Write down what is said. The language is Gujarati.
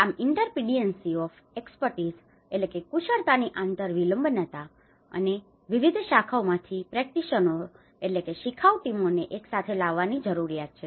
આમ interdependency of expertise interdependency of expertise કુશળતાની આંતર વિલંબનતા અને વિવિધ શાખાઓમાંથી પ્રેક્ટિશનરોની practitioner શિખાઉ ટીમોને એકસાથે લાવવાની જરૂરિયાત છે